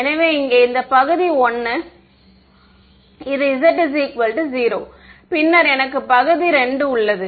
எனவே இங்கே இந்த பகுதி 1 இது z 0 பின்னர் எனக்கு பகுதி 2 உள்ளது